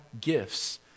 gifts